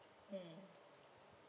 hmm